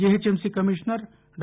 GHMC commissioner డా